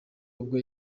ubwo